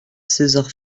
césar